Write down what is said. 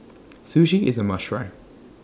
Sushi IS A must Try